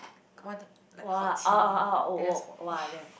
wanted like hot tea then I just walk !wah!